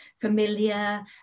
familiar